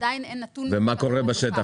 ומה קורה בשטח?